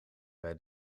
bij